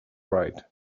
right